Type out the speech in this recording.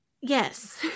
Yes